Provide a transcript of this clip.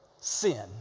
Sin